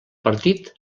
partit